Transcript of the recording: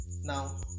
now